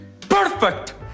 perfect